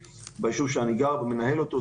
ביישוב שאני גר ומנהל אותו,